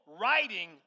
writing